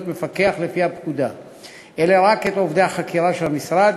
הפיקוח והאכיפה הקיימות לגופי החקירה של המשרד